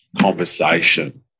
conversation